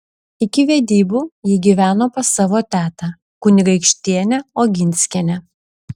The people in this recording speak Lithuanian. iki vedybų ji gyveno pas savo tetą kunigaikštienę oginskienę